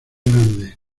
grande